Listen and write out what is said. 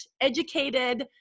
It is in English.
educated